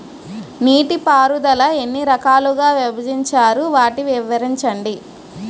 నీటిపారుదల ఎన్ని రకాలుగా విభజించారు? వాటి వివరించండి?